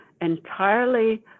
entirely